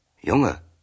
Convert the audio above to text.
Junge